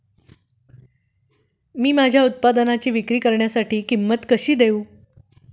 मी माझ्या उत्पादनाची विक्री करण्यासाठी किंमत कशी देऊ?